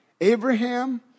Abraham